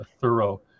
thorough